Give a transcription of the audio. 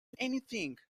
anything